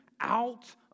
out